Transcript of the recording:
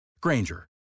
Granger